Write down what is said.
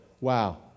wow